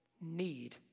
need